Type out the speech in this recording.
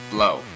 Blow